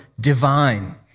divine